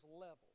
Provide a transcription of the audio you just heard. level